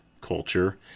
culture